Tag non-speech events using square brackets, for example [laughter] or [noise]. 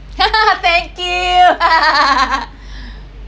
[laughs] thank you [laughs]